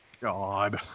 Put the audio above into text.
God